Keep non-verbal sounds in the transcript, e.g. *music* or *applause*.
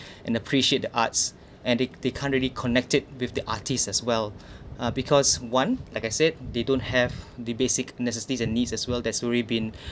and appreciate the arts and they they can't really connected with the artist as well *breath* uh because one like I said they don't have the basic necessities and needs as well that's truly been *breath*